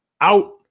Out